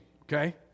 okay